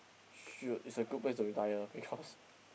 should is a good place to retire because